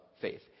faith